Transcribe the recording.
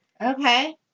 Okay